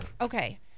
okay